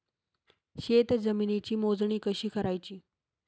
शेत जमिनीची मोजणी कशी करायची?